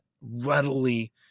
readily